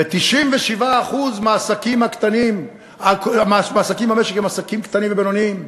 ו-97% מהעסקים במשק הם עסקים קטנים ובינוניים,